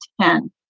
ten